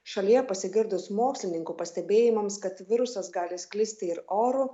šalyje pasigirdus mokslininkų pastebėjimams kad virusas gali sklisti ir oru